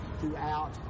throughout